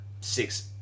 six